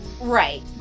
right